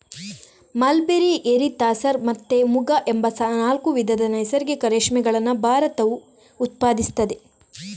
mulberry, eri, tasar ಮತ್ತೆ ಮುಗ ಎಂಬ ನಾಲ್ಕು ವಿಧದ ನೈಸರ್ಗಿಕ ರೇಷ್ಮೆಗಳನ್ನ ಭಾರತವು ಉತ್ಪಾದಿಸ್ತದೆ